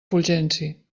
fulgenci